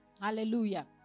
Hallelujah